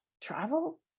Travel